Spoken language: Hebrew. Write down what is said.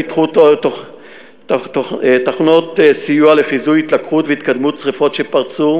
פיתחו תוכנות סיוע לחיזוי התלקחות והתקדמות שרפות שפרצו,